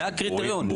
זה הקריטריון,